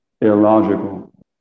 illogical